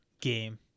game